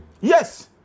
Yes